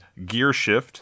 Gearshift